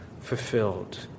fulfilled